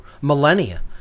millennia